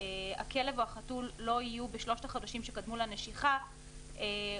שהכלב או החתול לא יהיו בשלושת החודשים שקדמו לנשיכה או